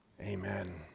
Amen